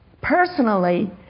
Personally